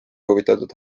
huvitatud